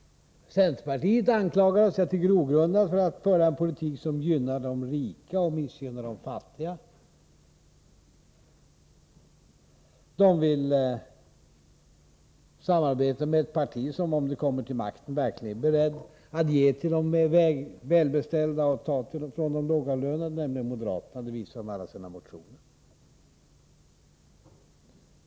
Centerpartiet anklagar och säger att detta är en grogrund för att föra en politik som gynnar de rika och missgynnar de fattiga. Men centern vill samarbeta med ett parti som, om det kom till makten, verkligen är berett att ge till de välbeställda och ta från de lågavlönade, nämligen moderaterna — det visar de genom alla sina motioner.